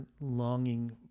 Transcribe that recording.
longing